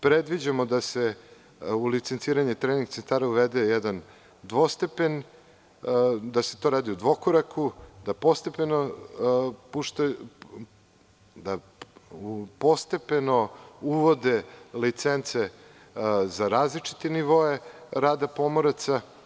Predviđamo da se u licenciranje trening centara uvede jedan dvostepen, da se to radi u dvokoraku, da postepeno uvode licence za različite nivoe rada pomoraca.